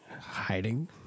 hiding